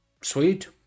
sweet